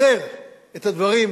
הסר את הדברים,